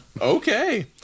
Okay